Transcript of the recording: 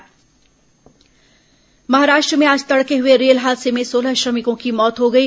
train दुर्घटना महाराष्ट्र में आज तड़के हुए रेल हादसे में सोलह श्रमिकों की मौत हो गई